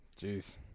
Jeez